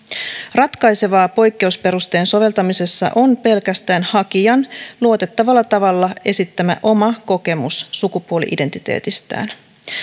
ratkaisevaa poikkeusperusteen soveltamisessa on pelkästään hakijan luotettavalla tavalla esittämä oma kokemus sukupuoli identiteetistään